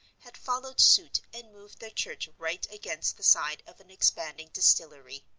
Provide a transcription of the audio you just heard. had followed suit and moved their church right against the side of an expanding distillery.